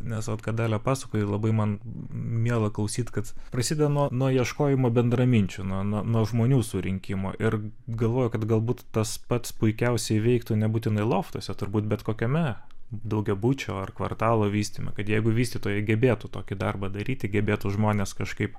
nes vat ką dalia pasakoji labai man miela klausyt kad prasideda nuo nuo ieškojimo bendraminčių nuo nuo žmonių surinkimo ir galvoju kad galbūt tas pats puikiausiai veiktų nebūtinai loftuose turbūt bet kokiame daugiabučio ar kvartalo vystyme kad jeigu vystytojai gebėtų tokį darbą daryti gebėtų žmones kažkaip